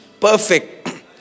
perfect